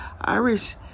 Irish